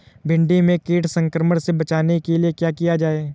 भिंडी में कीट संक्रमण से बचाने के लिए क्या किया जाए?